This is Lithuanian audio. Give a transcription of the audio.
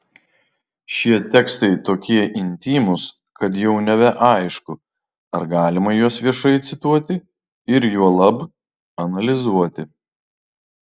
šie tekstai tokie intymūs kad jau nebeaišku ar galima juos viešai cituoti ir juolab analizuoti